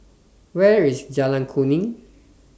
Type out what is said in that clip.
Where IS Jalan Kuning